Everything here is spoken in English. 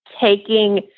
taking